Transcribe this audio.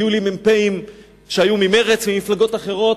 היו לי מ"פים שהיו ממרצ, ממפלגות אחרות,